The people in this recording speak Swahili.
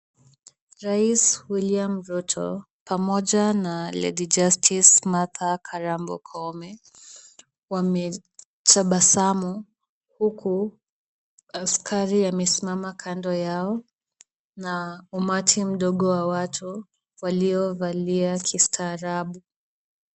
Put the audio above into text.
Rais William Ruto, pamoja na lady justice Martha Karambu Koome wametabasamu, huku askari amesimama kando yao na umati mdogo wa watu waliovalia kistarabu.